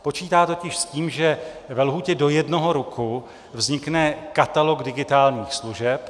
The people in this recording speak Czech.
Počítá totiž s tím, že ve lhůtě do jednoho roku vznikne katalog digitálních služeb.